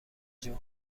جون